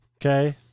Okay